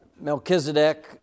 Melchizedek